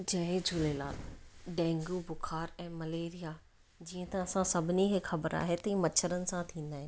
जय Jhulelal dengue बुखार ऐं malaria जीअं त असां सभिनी खे ख़बर आहे त हीअ मच्छरनि सां थींदा आहिनि